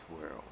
world